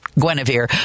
Guinevere